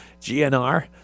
GNR